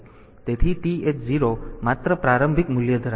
તેથી TH 0 માત્ર પ્રારંભિક મૂલ્ય ધરાવે છે